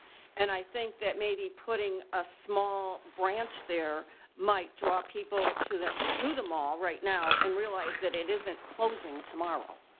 and i think that maybe putting a small branch there might draw people to the, to the mall right now and realize that it isn't closing tomorrow.